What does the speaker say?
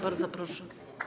Bardzo proszę.